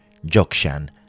Jokshan